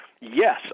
yes